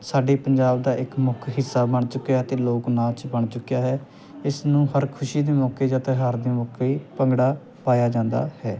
ਸਾਡੇ ਪੰਜਾਬ ਦਾ ਇੱਕ ਮੁੱਖ ਹਿੱਸਾ ਬਣ ਚੁੱਕਿਆ ਅਤੇ ਲੋਕ ਨਾਚ ਬਣ ਚੁੱਕਿਆ ਹੈ ਇਸ ਨੂੰ ਹਰ ਖੁਸ਼ੀ ਦੇ ਮੌਕੇ ਜਾਂ ਤਿਉਹਾਰ ਦੇ ਮੌਕੇ ਭੰਗੜਾ ਪਾਇਆ ਜਾਂਦਾ ਹੈ